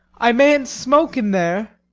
i mayn't smoke in there.